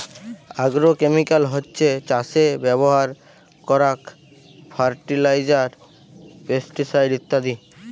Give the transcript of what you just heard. agrochemical হছ্যে চাসে ব্যবহার করারক ফার্টিলাইজার, পেস্টিসাইড ইত্যাদি